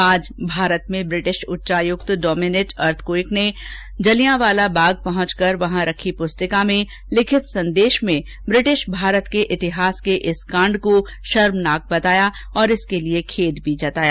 आज भारत में ब्रिटिश उच्चायुक्त डोमीनिट अर्थकुईक ने जलियावाला बाग में पहुंचकर वहां रखी पुस्तिका में लिखित संदेश में ब्रिटिश भारत के इतिहास के इस कांड को शर्मनाक बताया और इसके लिए खेद भी जताया